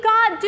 God